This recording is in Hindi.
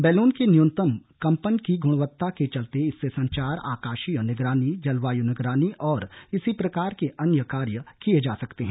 बैलून के न्यूनतम कंपन की गुणवत्ता के चलते इससे संचार आकाशीय निगरानी जलवायु निगरानी और इसी प्रकार के अन्य कार्य किए जा सकते हैं